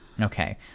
Okay